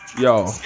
Yo